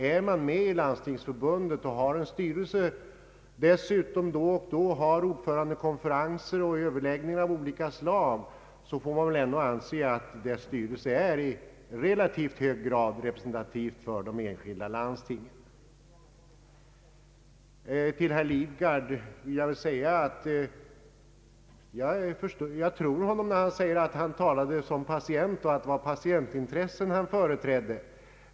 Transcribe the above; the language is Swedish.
Eftersom Landstingsförbundet har en styrelse som då och då håller ordförandekonferenser och överläggningar av olika slag får man väl anse att dess styrelse i hög grad är representativ för de enskilda landstingen. Jag tror herr Lidgard när han säger att han talar i egenskap av patient och att det var patientintressen han för-?- trädde.